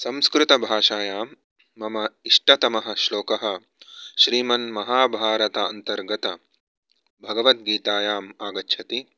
संस्कृतभाषायां मम इष्टतमः श्लोकः श्रीमन्महाभारतान्तर्गतभगवद्गीतायाम् आगच्छति